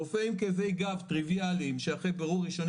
רופא עם כאבי גב טריוויאליים שאחרי בירור ראשוני